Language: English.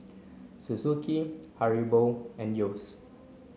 Suzuki Haribo and Yeo's